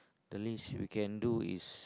the least we can do is